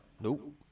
Nope